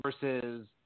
versus